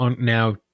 now